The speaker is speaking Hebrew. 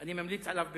אני ממליץ עליו בחום.